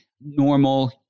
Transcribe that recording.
normal